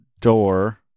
door